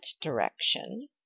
direction